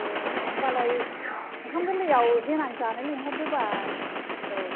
ए होमबालाय ओंखाम गोरलैयाव देनां जानो लिंहरदो बाल जोंखौ